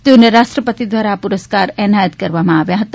તેઓને રાષ્ટ્રપતિ દ્વારા આ પુરસ્કાર એનાયત કરવામાં આવ્યો હતો